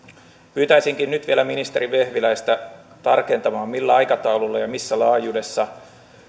pyytäisinkin nyt vielä ministeri vehviläistä tarkentamaan millä aikataululla ja missä laajuudessa